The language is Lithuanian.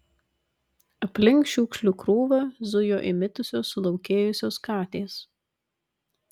aplink šiukšlių krūvą zujo įmitusios sulaukėjusios katės